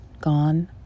gone